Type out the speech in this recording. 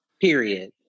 Period